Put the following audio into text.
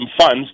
funds